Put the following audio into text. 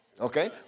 Okay